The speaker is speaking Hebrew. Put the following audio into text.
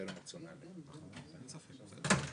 זאת כך.